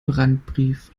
brandbrief